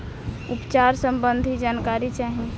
उपचार सबंधी जानकारी चाही?